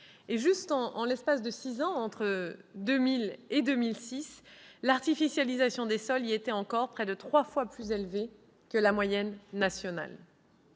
12 % de la population française. Entre 2000 et 2006, l'artificialisation des sols y était encore près de trois fois plus élevée que la moyenne nationale.